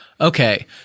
Okay